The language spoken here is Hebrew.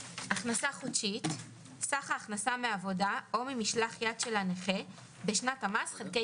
"הכנסה חודשית" סך ההכנסה מעבודה או ממשלח יד של הנכה בשנת המס חלקי